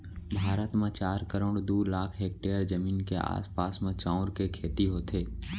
भारत म चार करोड़ दू लाख हेक्टेयर जमीन के आसपास म चाँउर के खेती होथे